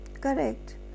correct